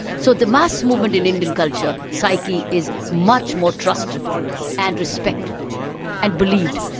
so the mass movement in indian culture, psyche, is much more trusted and respected and believed,